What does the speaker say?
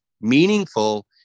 meaningful